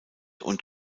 und